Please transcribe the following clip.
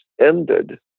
ended